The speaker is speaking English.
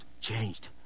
changed